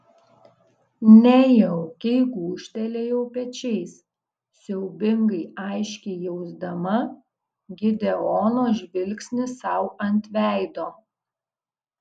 nejaukiai gūžtelėjau pečiais siaubingai aiškiai jausdama gideono žvilgsnį sau ant veido